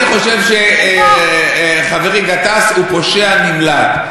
אני חושב שחברי גטאס הוא פושע נמלט.